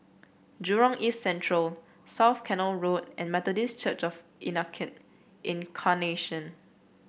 Jurong East Central South Canal Road and Methodist Church Of Incarnation